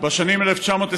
בשנים 1992